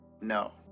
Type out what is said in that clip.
No